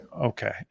Okay